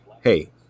Hey